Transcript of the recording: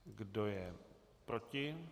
Kdo je proti?